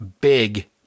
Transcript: big